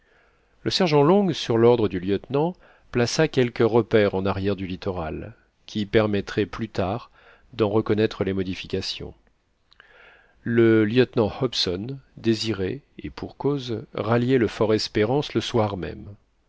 le sergent long sur l'ordre du lieutenant plaça quelques repères en arrière du littoral qui permettraient plus tard d'en reconnaître les modifications le lieutenant hobson désirait et pour cause rallier le fortespérance le soir même